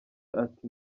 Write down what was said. ati